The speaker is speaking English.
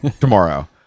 tomorrow